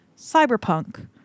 cyberpunk